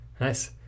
Nice